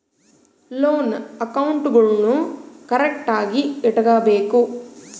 loan ಅಕೌಂಟ್ಗುಳ್ನೂ ಕರೆಕ್ಟ್ಆಗಿ ಇಟಗಬೇಕು